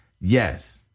Yes